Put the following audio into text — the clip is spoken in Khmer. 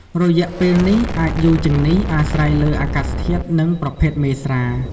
រយៈពេលនេះអាចយូរជាងនេះ អាស្រ័យលើអាកាសធាតុ និងប្រភេទមេស្រា។